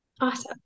Awesome